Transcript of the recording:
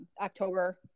october